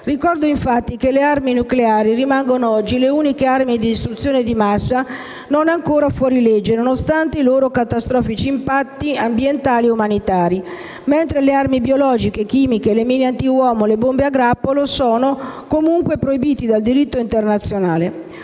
Ricordo che quelle nucleari rimangono oggi le uniche armi di distruzione di massa non ancora fuorilegge, nonostante i loro catastrofici impatti ambientali e umanitari, mentre le armi biologiche, chimiche, le mine antiuomo e le bombe a grappolo sono comunque proibite dal diritto internazionale.